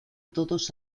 todos